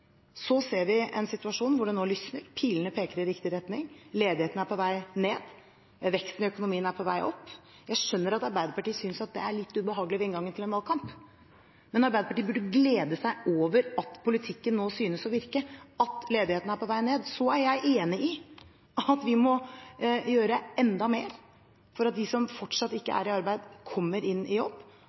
Så ser vi en situasjon hvor det nå lysner, pilene peker i riktig retning, ledigheten er på vei ned, veksten i økonomien er på vei opp. Jeg skjønner at Arbeiderpartiet synes at det er litt ubehagelig ved inngangen til en valgkamp, men Arbeiderpartiet burde glede seg over at politikken nå synes å virke – at ledigheten er på vei ned. Så er jeg enig i at vi må gjøre enda mer for at de som fortsatt ikke er i arbeid, kommer inn i jobb,